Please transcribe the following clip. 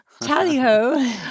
Tally-ho